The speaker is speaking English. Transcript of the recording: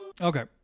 Okay